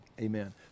Amen